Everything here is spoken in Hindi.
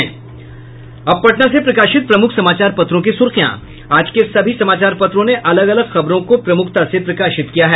अब पटना से प्रकाशित प्रमुख समाचार पत्रों की सुर्खियां आज के सभी समाचार पत्रों ने अलग अलग खबरों को प्रमुखता से प्रकाशित किया है